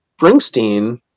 Springsteen